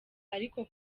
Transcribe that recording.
ariko